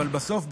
אבל בסוף,